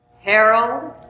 harold